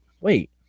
wait